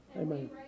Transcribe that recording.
Amen